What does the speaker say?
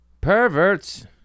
perverts